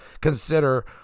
consider –